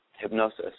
hypnosis